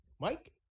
Mike